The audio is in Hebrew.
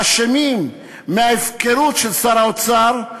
אשמים בהפקרות של שר האוצר,